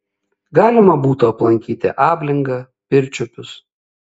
galima būtų aplankyti ablingą pirčiupius